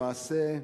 למעשה,